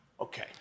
Okay